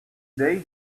day